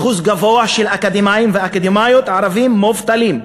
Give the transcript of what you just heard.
אחוז גבוה של אקדמאים ואקדמאיות ערבים מובטלים,